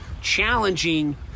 challenging